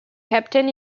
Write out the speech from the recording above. captain